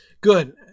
good